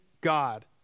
God